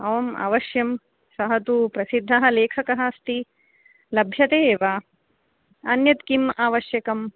आम् अवश्यं सः तु प्रसिद्धः लेखकः अस्ति लभ्यते एव अन्यत् किम् आवश्यकम्